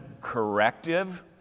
corrective